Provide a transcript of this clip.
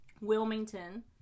Wilmington